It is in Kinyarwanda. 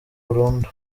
burundu